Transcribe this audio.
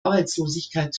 arbeitslosigkeit